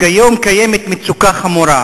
וכיום קיימת מצוקה חמורה.